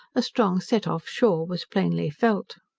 a strong set-off shore was plainly felt.